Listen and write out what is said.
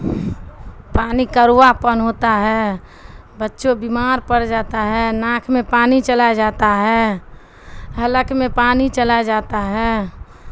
پانی کروا پن ہوتا ہے بچوں بیمار پڑ جاتا ہے ناک میں پانی چلا جاتا ہے حلک میں پانی چلا جاتا ہے